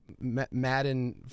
Madden